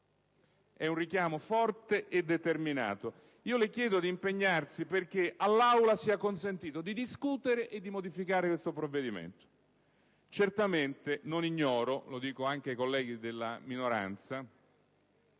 È un richiamo forte e determinato: io le chiedo di impegnarsi perché all'Assemblea sia consentito di discutere e di modificare questo provvedimento. Certamente non ignoro - lo dico anche ai colleghi della minoranza